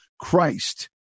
Christ